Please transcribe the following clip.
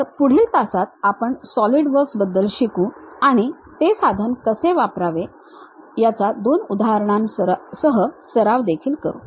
तर पुढील तासात आपण solid works बद्दल शिकू आणि ते साधन कसे वापरावे याचा दोन उदाहरणांसह सराव देखील करू